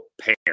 pair